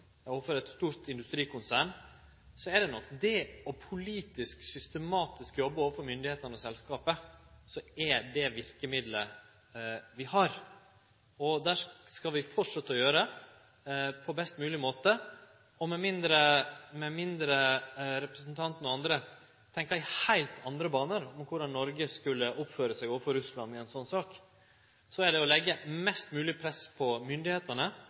og eit stort industrikonsern, er nok det å jobbe politisk og systematisk overfor styresmaktene og selskapet det verkemiddelet vi har. Det skal vi fortsetje å gjere på best mogleg måte. Med mindre representanten og andre tenkjer i heilt andre baner om korleis Noreg skal oppføre seg overfor Russland i ei sånn sak, så er det som må til, å leggje mest mogleg press på